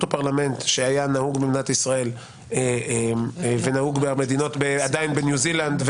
הפרלמנט שהיה נהוג במדינת ישראל ונהוג עדיין בניו זילנד,